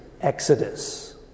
exodus